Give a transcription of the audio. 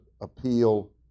appeal